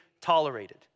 tolerated